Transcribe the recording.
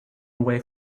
away